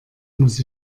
muss